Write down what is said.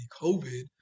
COVID